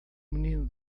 menino